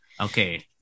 Okay